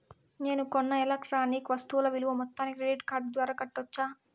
నేను కొన్న ఎలక్ట్రానిక్ వస్తువుల విలువ మొత్తాన్ని క్రెడిట్ కార్డు ద్వారా కట్టొచ్చా?